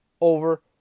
over